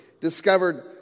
discovered